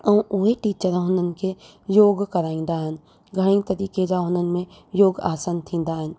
ऐं उहे टीचरां हुननि खे योग कराईंदा आहिनि घणेई तरीक़े जा हुननि में योग आसन थींदा आहिनि